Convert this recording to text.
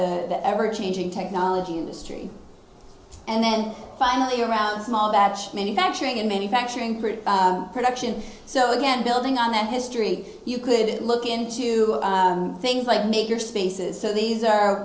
the ever changing technology industry and then finally around small batch manufacturing and manufacturing production so again building on that history you could look into things like make your spaces so these are